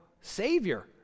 savior